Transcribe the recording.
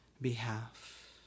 behalf